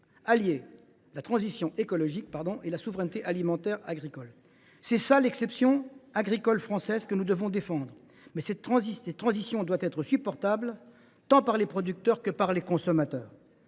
Allier la transition écologique à la souveraineté alimentaire et agricole, voilà l’exception agricole française que nous devons défendre. Mais cette transition doit être supportable, tant pour les producteurs que pour les consommateurs.